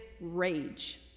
rage